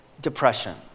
depression